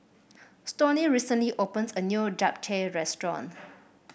Stoney recently opens a new Japchae Restaurant